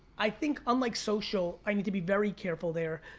i think, unlike social, i need to be very careful there.